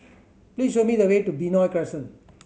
please show me the way to Benoi Crescent